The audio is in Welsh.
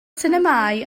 sinemâu